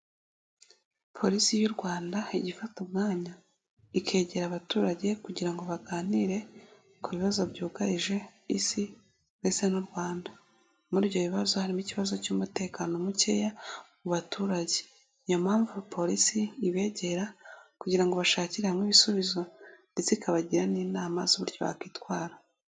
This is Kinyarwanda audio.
Polisi y'u Rwanda ijya ifata umwanya ikegera abaturage kugira ngo baganire ku bibazo byugarije Isi ndetse n'u Rwanda, muri ibyo bibazo harimo ikibazo cy'umutekano mukeya mu baturage niyo mpamvu Polisi ibegera kugira ngo bashakire hamwe ibisubizo ndetse ikabagira n'inama z'uburyo bakwitwara.